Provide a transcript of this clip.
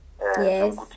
yes